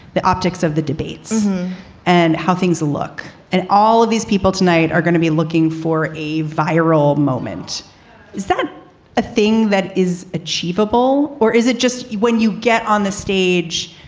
the optics of the debates and how things look and all of these people tonight are going to be looking for a viral. is that a thing that is achievable? or is it just when you get on the stage?